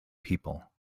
people